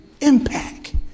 impact